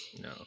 No